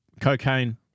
Cocaine